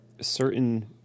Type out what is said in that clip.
certain